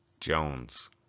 Jones